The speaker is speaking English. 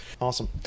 Awesome